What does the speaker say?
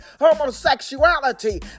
homosexuality